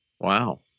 Wow